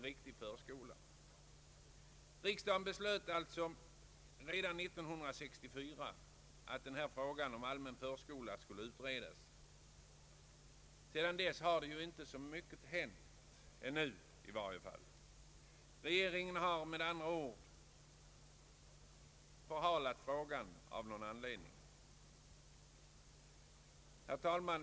Riksdagen beslöt alltså redan år 1964 att frågan om en allmän förskola skulle utredas. Sedan dess har inte så mycket hänt i sak på området. Regeringen har med andra ord av någon anledning förhalat frågan. Herr talman!